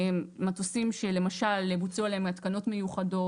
מטוסים שלמשל בוצעו עליהם התקנות מיוחדות.